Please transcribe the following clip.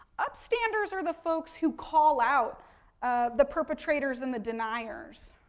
up standers are the folks who call out the perpetrators and the deniers,